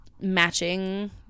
matching